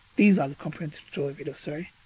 these are the comprehensive tutorial videos, sorry.